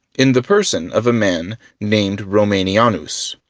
in the person of a man named romanianus.